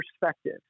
perspective